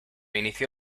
inició